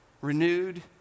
renewed